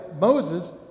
Moses